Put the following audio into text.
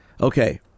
Okay